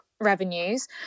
revenues